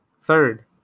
Third